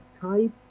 type